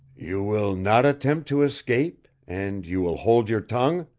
you will not attempt to escape and you will hold your tongue?